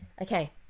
Okay